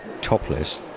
topless